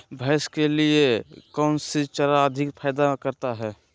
भैंस के लिए कौन सी चारा अधिक फायदा करता है?